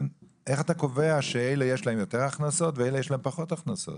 איך אתה קובע שאלה יש להם יותר הכנסות ואלה יש להם פחות הכנסות?